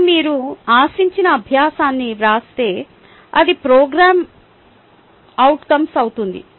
మరియు మీరు ఆశించిన అభ్యాసాన్ని వ్రాస్తే అది ప్రోగ్రామ్ అవుట్కంస్ అవుతుంది